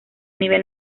nivel